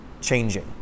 changing